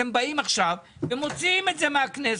אתם באים עכשיו ומוציאים את זה מן הכנסת.